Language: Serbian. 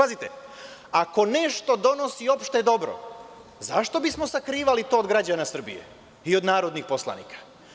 Ako nešto donosi opšte dobro, zašto bismo sakrivali to od građana Srbije i od narodnih poslanika.